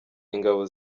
ingabo